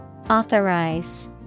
Authorize